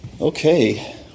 Okay